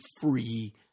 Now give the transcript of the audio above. free